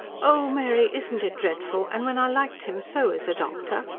oh, mary, isn't it dreadful? and when i liked him so as a doctor!